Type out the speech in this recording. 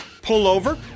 pullover